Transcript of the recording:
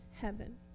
heaven